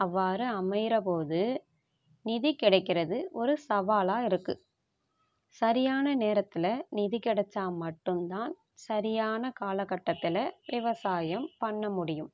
அவ்வாறு அமைகிற போது நிதி கிடைக்கிறது ஒரு சவாலாக இருக்குது சரியான நேரத்தில் நிதி கிடச்சா மட்டுந்தான் சரியான காலகட்டத்தில் விவசாயம் பண்ண முடியும்